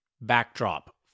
backdrop